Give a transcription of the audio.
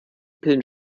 pillen